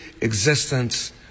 existence